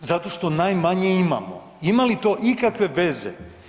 Zato što najmanje imamo, ima li to ikakve veze?